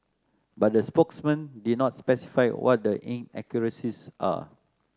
but the spokesman did not specify what the inaccuracies are